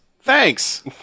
Thanks